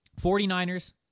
49ers